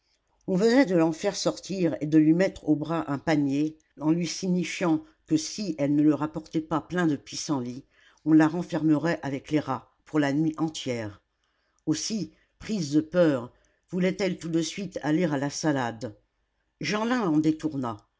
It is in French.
on venait de l'en faire sortir et de lui mettre au bras un panier en lui signifiant que si elle ne le rapportait pas plein de pissenlits on la renfermerait avec les rats pour la nuit entière aussi prise de peur voulait-elle tout de suite aller à la salade jeanlin l'en détourna